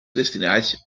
destinats